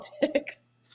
politics